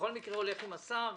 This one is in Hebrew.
בכל מקרה הולך עם השר.